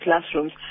classrooms